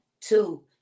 Two